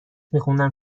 میخوندم